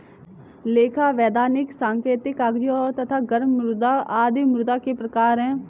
लेखा, वैधानिक, सांकेतिक, कागजी तथा गर्म मुद्रा आदि मुद्रा के प्रकार हैं